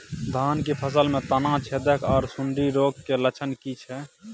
धान की फसल में तना छेदक आर सुंडी रोग के लक्षण की छै?